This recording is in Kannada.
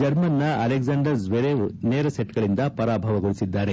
ಜರ್ಮನ್ನ ಅಲೆಕ್ಸೆಂಡರ್ ಜ್ವೆರೆವ್ ನೇರ ಸೆಚ್ಗಳಿಂದ ಪರಾಭವಗೊಳಿಸಿದ್ದಾರೆ